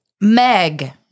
Meg